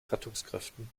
rettungskräften